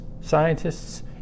scientists